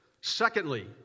Secondly